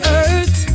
earth